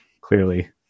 clearly